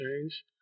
change